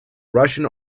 russian